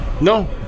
No